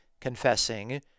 confessing